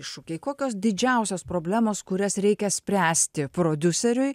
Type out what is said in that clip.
iššūkiai kokios didžiausios problemos kurias reikia spręsti prodiuseriui